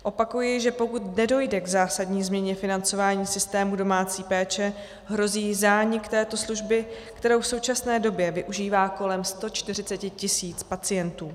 Opakuji, že pokud nedojde k zásadní změně financování systému domácí péče, hrozí zánik této služby, kterou v současné době využívá kolem 140 tisíc pacientů.